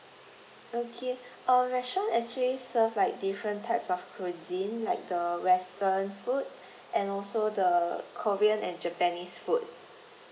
okay our restaurant actually serve like different types of cuisine like the western food and also the korean and japanese food